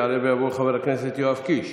יעלה ויבוא חבר הכנסת יואב קיש,